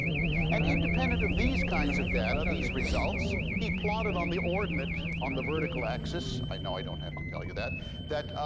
and independent of these kinds of data, these results, he plotted on the ordinate, on the vertical axis i know i don't have to tell you that that